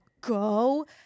go